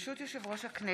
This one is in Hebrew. ברשות יושב-ראש הכנסת,